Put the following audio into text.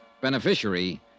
Beneficiary